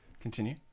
Continue